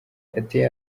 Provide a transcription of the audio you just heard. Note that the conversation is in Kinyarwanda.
yateye